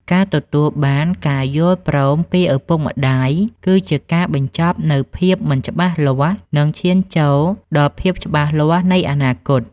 ការទទួលបានការយល់ព្រមពីឪពុកម្ដាយ គឺជាការបញ្ចប់នូវភាពមិនច្បាស់លាស់ និងឈានចូលដល់ភាពច្បាស់លាស់នៃអនាគត។